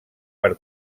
per